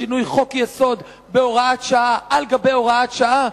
שינוי חוק-יסוד בהוראת שעה על גבי הוראת שעה,